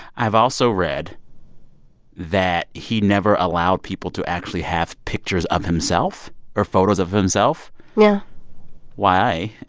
i've also read that he never allowed people to actually have pictures of himself or photos of himself yeah why.